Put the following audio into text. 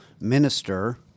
minister